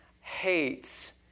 hates